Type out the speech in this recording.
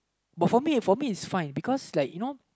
but for me for me is fine because like you know